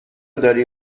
داری